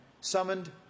summoned